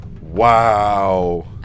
wow